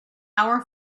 our